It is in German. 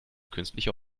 künstliche